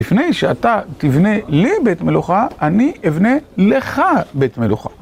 לפני שאתה תבנה לי בית מלוכה, אני אבנה לך בית מלוכה.